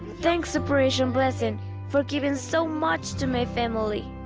thanks operation blessing for giving so much to my family.